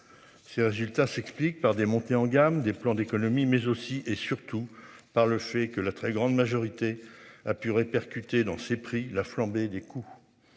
Ces résultats s'expliquent par des montées en gamme des plans d'économies mais aussi et surtout par le fait que la très grande majorité a pu répercuter dans ses prix. La flambée des coûts.